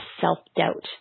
self-doubt